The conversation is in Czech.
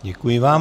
Děkuji vám.